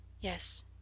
Yes